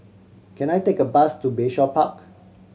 can I take a bus to Bayshore Park